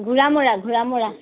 ঘোৰা মৰা ঘোৰা মৰা